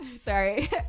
Sorry